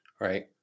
Right